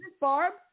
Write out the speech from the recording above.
Barb